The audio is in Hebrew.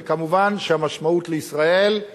וכמובן שהמשמעות לישראל היא